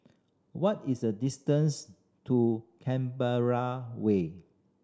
what is the distance to Canberra Way